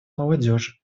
молодежи